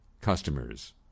customers